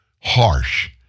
harsh